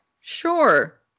Sure